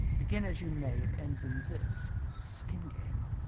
begin as you may, it ends in this skin game!